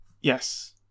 Yes